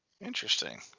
Interesting